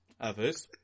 others